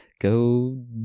go